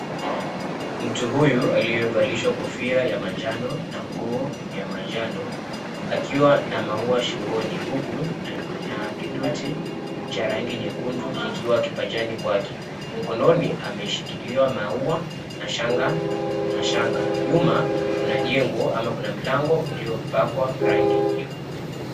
Mtu huyu aliyevalishwa kofia ya manjano na nguo ya manjano, akiwa na maua shingoni huku na kidoti cha rangi nyekundu kikiwa kipanjani kwake. Mkononi ameshikilia mau na shanga. Nyuma kuna njengo au mlango uliopakwa rangi nyekundu.